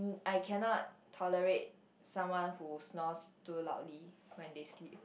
hmm I cannot tolerate someone who snores too loudly when they sleep